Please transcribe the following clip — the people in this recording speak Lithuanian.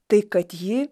tai kad ji